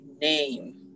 name